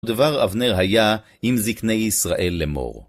דבר אבנר היה עם זקני ישראל לאמור.